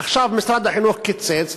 עכשיו משרד החינוך קיצץ,